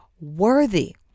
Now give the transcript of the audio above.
worthy